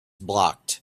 blocked